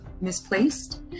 misplaced